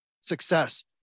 success